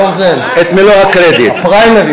אתה הורס לי את הבחירות הבאות, את הפריימריז.